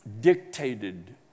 dictated